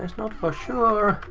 not for sure.